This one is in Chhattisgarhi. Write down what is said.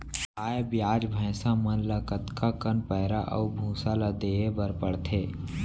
गाय ब्याज भैसा मन ल कतका कन पैरा अऊ भूसा ल देये बर पढ़थे?